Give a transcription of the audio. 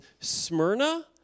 Smyrna